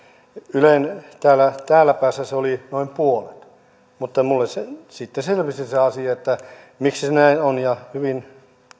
ylen täällä täällä päässä se oli noin puolet mutta minulle sitten selvisi se asia miksi se näin on ja hyvin